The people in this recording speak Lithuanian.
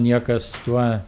niekas tuo